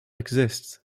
exists